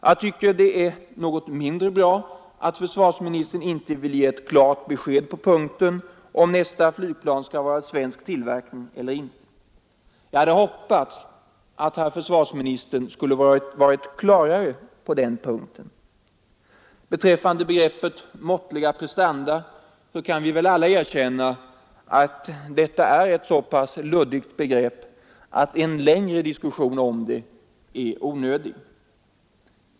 Jag tycker att det är mindre bra att försvarsministern inte vill ge ett klart besked på punkten om nästa flygplan skall vara av svensk tillverkning eller inte. Jag hade hoppats att herr försvarsministern skulle ha varit klarare på den punkten. Beträffande begreppet ”måttliga prestanda” kan vi väl alla erkänna att det är ett så pass luddigt begrepp att en längre diskussion om det är onödig.